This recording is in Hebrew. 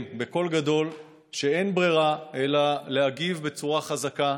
בקול גדול שאין ברירה אלא להגיב בצורה חזקה,